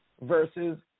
versus